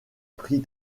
prix